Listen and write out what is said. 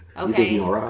Okay